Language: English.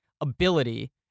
ability